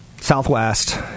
Southwest